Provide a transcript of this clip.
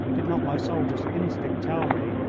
did not my soldier's instinct tell me,